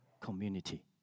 community